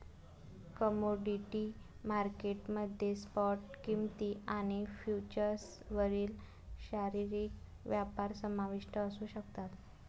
commodity market मध्ये spot किंमती आणि फ्युचर्सवरील शारीरिक व्यापार समाविष्ट असू शकतात